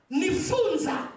nifunza